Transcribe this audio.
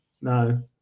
no